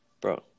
Bro